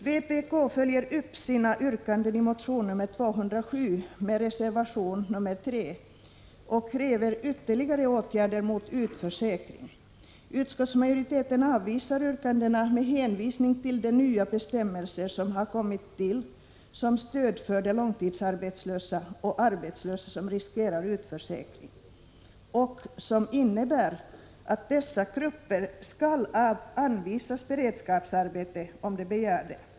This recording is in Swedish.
Vpk följer upp sina yrkanden i motion 1985/86:A207 med reservation nr 3 och kräver ytterligare åtgärder mot utförsäkring. Utskottsmajoriteten avvisar yrkandena med hänvisning till de nya bestämmelser som har kommit till som stöd för de långtidsarbetslösa och de arbetslösa som riskerar utförsäkring och som innebär att dessa grupper skall anvisas beredskapsarbete om de begär sådant.